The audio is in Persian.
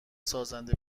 سازنده